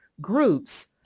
groups